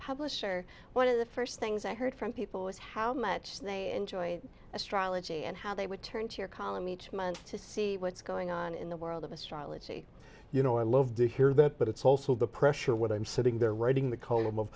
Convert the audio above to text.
publisher one of the first things i heard from people was how much they enjoyed astrology and how they would turn to your column each month to see what's going on in the world of astrology you know i love to hear that but it's also the pressure of what i'm sitting there writing the col